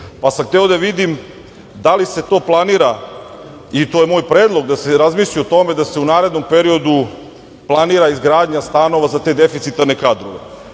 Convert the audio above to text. Pa sam hteo da vidim da li se to planira, i to je moj predlog da se razmisli o tome da se u narednom periodu planira izgradnja stanova za te deficitarne kadrove. Ono